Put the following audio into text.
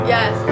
Yes